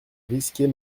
risquer